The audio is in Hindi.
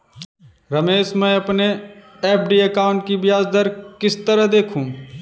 रमेश मैं अपने एफ.डी अकाउंट की ब्याज दर किस तरह देखूं?